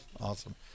Awesome